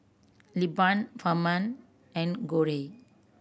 Lilburn Ferman and Cory